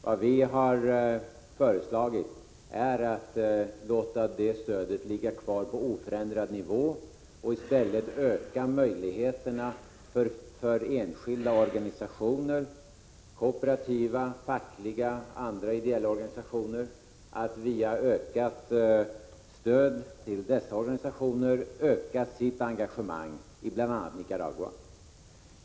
Vad vi har föreslagit är att låta stödet ligga kvar på oförändrad nivå och i stället ge enskilda organisationer — kooperativa, fackliga och andra ideella organisationer — ökat stöd så att de kan utöka sitt engagemang, bl.a. i Nicaragua.